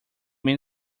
many